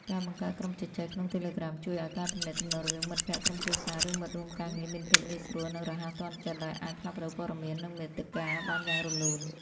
ការបង្កើតក្រុមជជែកក្នុង Telegram ជួយឲ្យការទំនាក់ទំនងរវាងមិត្តភក្តិ ក្រុមគ្រួសារ ឬមិត្តរួមការងារមានភាពងាយស្រួល និងរហ័សទាន់ចិត្ត ដោយអាចផ្លាស់ប្តូរព័ត៌មាន និងមាតិកាបានយ៉ាងរលូន។